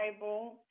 Bible